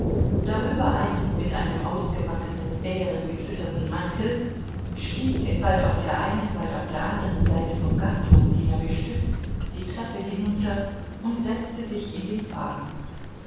darüber einen mit einem ausgewachsenen bären gefütterten mantel stieg bald auf der einen bald auf der anderen seite vom gasthofdiener gestützt die treppe hinunter und setzte sich in den wagen